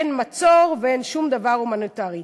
אין מצור ואין שום דבר הומניטרי.